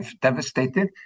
devastated